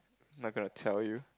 not gonna tell you